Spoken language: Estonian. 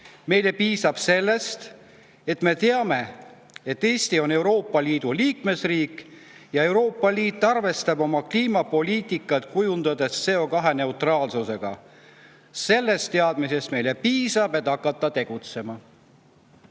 Meile piisab sellest, et me teame, et Eesti on Euroopa Liidu liikmesriik ja Euroopa Liit arvestab oma kliimapoliitikat kujundades CO2-neutraalsusega. Sellest teadmisest meile piisab, et hakata tegutsema."